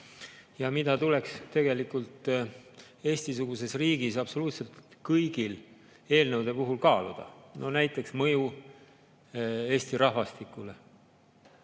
ja mida tuleks tegelikult Eesti-suguses riigis absoluutselt kõigi eelnõude puhul kaaluda, näiteks mõju Eesti rahvastikule,